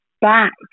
back